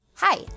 hi